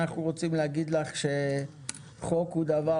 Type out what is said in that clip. אנחנו רוצים להגיד לך שחוק הוא דבר